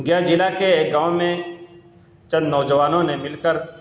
گیا ضلع کے گاؤں میں چند نوجوانوں نے مل کر